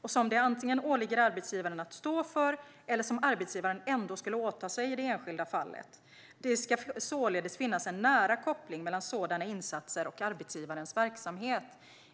och som det antingen åligger arbetsgivaren att stå för eller som arbetsgivaren ändå skulle åta sig i det enskilda fallet. Det ska således finnas en nära koppling mellan sådana insatser och arbetsgivarens verksamhet.